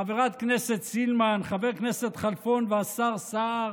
חברת הכנסת סילמן, חבר הכנסת כלפון והשר סער,